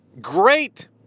great